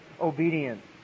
obedience